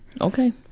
Okay